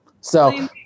So-